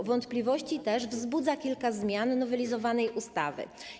Wątpliwości też wzbudza kilka zmian nowelizowanej ustawy.